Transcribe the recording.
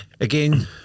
Again